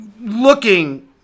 Looking